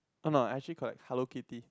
oh no I actually collect Hello-Kitty